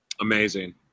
Amazing